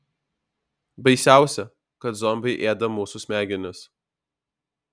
baisiausia kad zombiai ėda mūsų smegenis